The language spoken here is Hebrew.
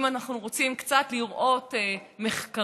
אם אנחנו רוצים קצת לראות מחקרים,